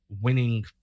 winning